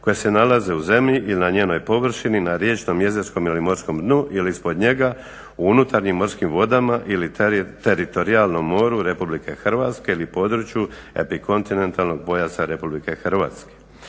koje se nalaze u zemlji i na njenoj površini na riječnom, jezerskom ili morskom dnu ili ispod njega u unutarnjim morskim vodama ili teritorijalnom moru RH ili području epikontinentalnog pojasa RH.